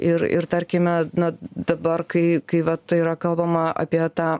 ir ir tarkime na dabar kai kai vat yra kalbama apie tą